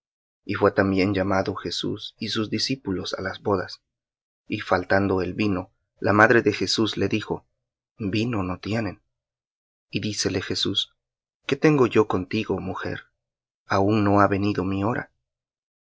y fué también llamado jesús y sus discípulos á las bodas y faltando el vino la madre de jesús le dijo vino no tienen y dícele jesús qué tengo yo contigo mujer aun no ha venido mi hora